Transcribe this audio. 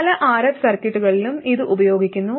പല RF സർക്യൂട്ടുകളിലും ഇത് ഉപയോഗിക്കുന്നു